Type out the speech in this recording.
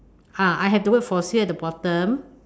ah I have the word for sale at the bottom